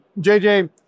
JJ